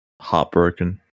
heartbroken